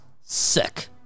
sick